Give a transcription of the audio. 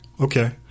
Okay